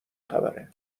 خبره